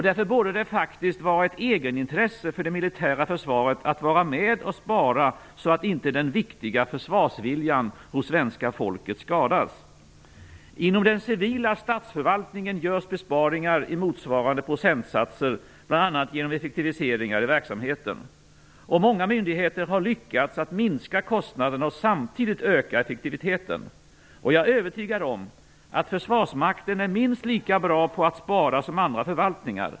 Därför borde det faktiskt vara ett egenintresse för det militära försvaret att vara med och spara så att inte den viktiga försvarsviljan hos svenska folket skadas. Inom den civila statsförvaltningen görs besparingar i motsvarande procentsatser bl.a. genom effektiviseringar i verksamheten. Många myndigheter har lyckats minska kostnaderna och samtidigt öka effektiviteten. Jag är övertygad om att försvarsmakten är minst lika bra på att spara som andra förvaltningar.